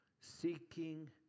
seeking